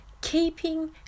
Keeping